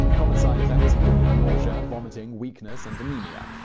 common side effects include ah nausea, vomiting, weakness, and anemia.